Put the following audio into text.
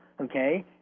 okay